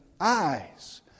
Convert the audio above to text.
eyes